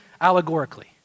allegorically